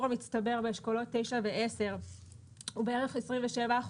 המצטבר באשכולות 9 ו-10 הוא בערך 27%,